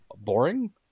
boring